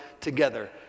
together